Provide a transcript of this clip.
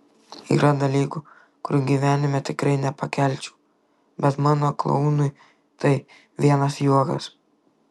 yra dalykų kurių gyvenime tikrai nepakelčiau bet mano klounui tai vienas juokas